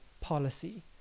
policy